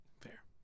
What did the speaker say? Fair